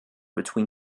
between